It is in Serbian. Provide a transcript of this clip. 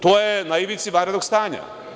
To je na ivici vanrednog stanja.